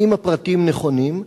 1. האם הפרטים נכונים?